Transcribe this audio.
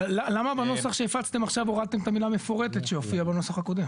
למה בנוסח שהפצתם עכשיו הורדתם את המילה "מפורטת" שהופיעה בנוסח הקודם?